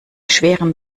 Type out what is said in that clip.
schweren